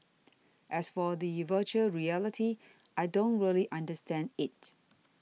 as for the Virtual Reality I don't really understand it